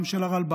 גם של הרלב"ד,